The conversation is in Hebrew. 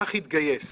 שאך התגייס